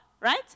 right